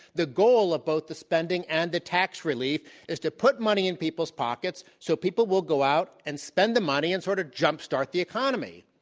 the goal of both the spending and the tax relief is to put money in people's pockets so people will go out and spend the money and sort of jump start the economy.